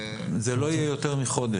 זה לא יהיה יותר מחודש.